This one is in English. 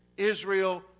Israel